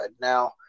Now